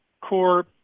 core